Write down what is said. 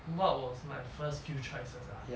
what was my first few choices ah